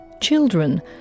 Children